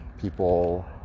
people